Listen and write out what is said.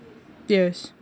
yes